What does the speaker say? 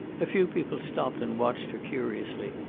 a few people stopped and watched her curiously,